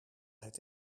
het